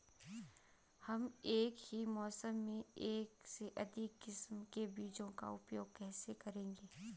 हम एक ही मौसम में एक से अधिक किस्म के बीजों का उपयोग कैसे करेंगे?